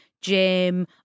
gym